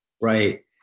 Right